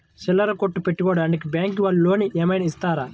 చిల్లర కొట్టు పెట్టుకోడానికి బ్యాంకు వాళ్ళు లోన్ ఏమైనా ఇస్తారా?